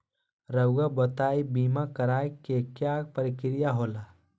रहुआ बताइं बीमा कराए के क्या प्रक्रिया होला?